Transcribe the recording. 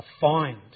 find